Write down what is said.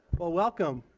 well, welcome.